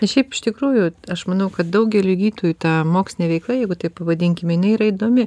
ir šiaip iš tikrųjų aš manau kad daugeliui gydytojų ta mokslinė veikla jeigu taip pavadinkim jinai yra įdomi